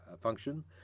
function